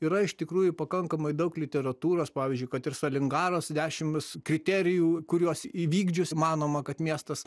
yra iš tikrųjų pakankamai daug literatūros pavyzdžiui kad ir salingaros dešims kriterijų kuriuos įvykdžius manoma kad miestas